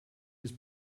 his